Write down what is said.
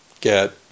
get